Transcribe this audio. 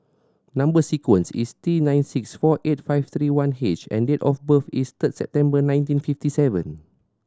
number sequence is T nine six four eight five three one H and date of birth is third September nineteen fifty seven